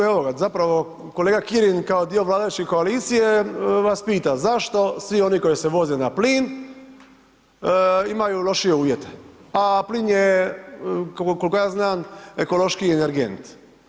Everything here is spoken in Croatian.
Evo ga, zapravo kolega Kirin kao dio vladajuće koalicije vas pita, zašto svi oni koji se voze na plin imaju lošije uvjete, a plin je, koliko ja znam, ekološkiji energent.